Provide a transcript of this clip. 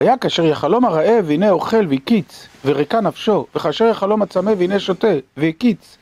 והיה כאשר יחלום הרעב, הנה אוכל, והקיץ, וריקה נפשו, וכאשר יחלום הצמא, והנה שותה, והקיץ.